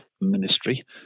ministry